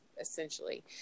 essentially